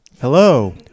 Hello